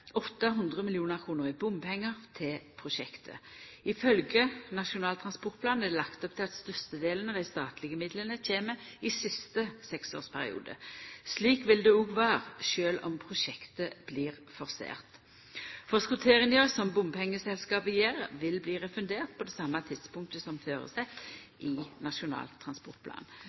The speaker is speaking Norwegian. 800 mill. kr i bompengar til prosjektet. Ifølgje Nasjonal transportplan er det lagt opp til at størstedelen av dei statlege midlane kjem i siste seksårsperioden. Slik vil det også vera, sjølv om prosjektet blir forsert. Forskotteringa som bompengeselskapet gjer, vil bli refundert på det same tidspunktet som føresett i Nasjonal transportplan.